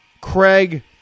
Craig